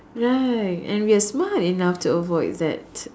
right and we're smart enough to avoid that